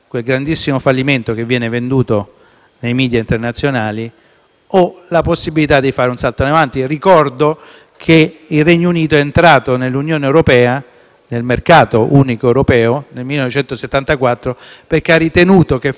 nei *media* internazionali o la possibilità di fare un salto in avanti. Ricordo che il Regno Unito è entrato nell'Unione europea, nel Mercato unico europeo, nel 1974, perché ha ritenuto che fosse commercialmente utile